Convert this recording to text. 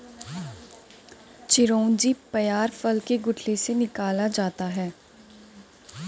चिरौंजी पयार फल के गुठली से निकाला जाता है